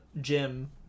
Jim